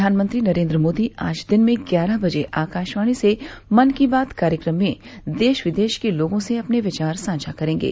प्रधानमंत्री नरेन्द्र मोदी आज दिन में ग्यारह बजे आकाशवाणी से मन की बात कार्यक्रम में देश विदेश के लोगों से अपने विचार साझा करेंगे